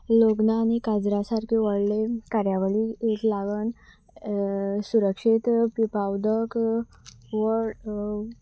लग्ना आनी काजरा सारके व्हडले कार्यावळी एक लागन सुरक्षीत पिवपा उदक व्हड